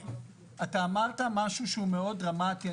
אתה אמרת משהו שהוא מאוד דרמטי,